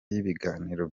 y’ibiganiro